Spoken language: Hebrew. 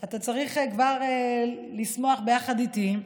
אתה צריך כבר לשמוח ביחד איתי,